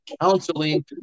counseling